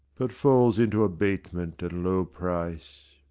but falls into abatement and low price,